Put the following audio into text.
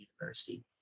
University